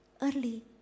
Early